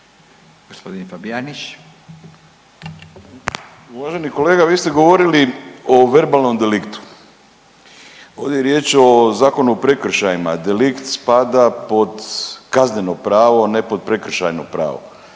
Poštovani kolega vi ste govorili o verbalnom deliktu. Ovdje je riječ o Zakonu o prekršajima. Delikt spada pod kazneno pravo, a ne pod prekršajno pravo,